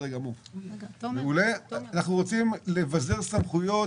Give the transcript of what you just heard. אנחנו רוצים לבזר סמכויות,